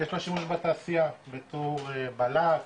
יש שלו שימוש בתעשייה בתור לק,